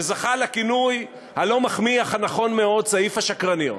שזכה לכינוי הלא-מחמיא אך הנכון-מאוד "סעיף השקרניות"